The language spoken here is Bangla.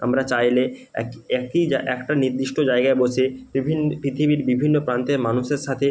আমরা চাইলে এক একই জা একটা নির্দিষ্ট জায়গায় বসে বিভিন পৃথিবীর বিভিন্ন প্রান্তের মানুষের সাথে